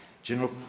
General